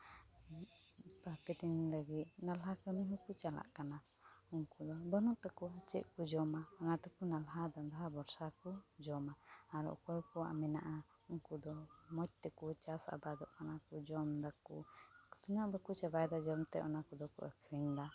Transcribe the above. ᱵᱟᱨᱼᱯᱮ ᱫᱤᱱ ᱞᱟᱹᱜᱤᱫ ᱱᱟᱞᱦᱟ ᱠᱟᱹᱢᱤ ᱦᱚᱸᱠᱚ ᱪᱟᱞᱟᱜ ᱠᱟᱱᱟ ᱩᱱᱠᱩ ᱫᱚ ᱵᱟᱹᱱᱩᱜ ᱛᱟᱠᱚᱣᱟ ᱪᱮᱫ ᱠᱚ ᱡᱚᱢᱟ ᱚᱱᱟ ᱛᱮᱠᱚ ᱱᱟᱞᱦᱟ ᱱᱟᱞᱦᱟ ᱵᱚᱨᱥᱟ ᱠᱚ ᱡᱚᱢᱟ ᱟᱨ ᱚᱠᱚᱭ ᱠᱚᱣᱟᱜ ᱢᱮᱱᱟᱜᱼᱟ ᱩᱱᱠᱩ ᱫᱚ ᱢᱚᱡᱽ ᱛᱮᱠᱚ ᱪᱟᱥᱼᱟᱵᱟᱫᱚᱜ ᱠᱟᱱᱟ ᱟᱨᱠᱚ ᱡᱚᱢ ᱫᱟᱠᱚ ᱛᱤᱱᱟᱹᱜ ᱵᱟᱠᱚ ᱪᱟᱵᱟᱭ ᱮᱫᱟ ᱡᱚᱢᱛᱮ ᱚᱱᱟ ᱠᱚᱫᱚ ᱠᱚ ᱟᱠᱷᱨᱤᱧ ᱮᱫᱟ